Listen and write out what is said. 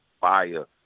fire